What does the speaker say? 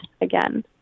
again